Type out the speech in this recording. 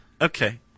Okay